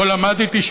שבו למדתי,